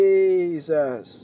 Jesus